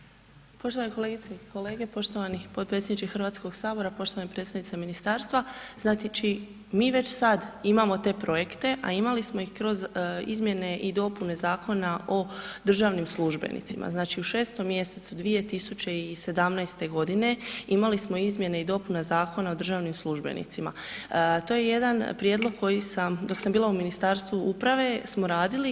Poštovane kolegice i kolege, poštovani potpredsjedniče Hrvatskog sabora, poštovana predstavnice ministarstva. mi već sada imamo te projekte, a imali smo ih kroz izmjene i dopune Zakona o državnim službenicima, znači u 6. mjesecu 2017. godine imali smo izmjene i dopune Zakona o državnim službenicima, to je jedan prijedlog koji sam dok sam bila u Ministarstvu uprave smo radili.